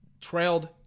trailed